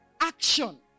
action